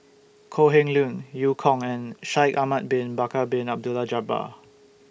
Kok Heng Leun EU Kong and Shaikh Ahmad Bin Bakar Bin Abdullah Jabbar